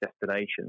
destinations